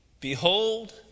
behold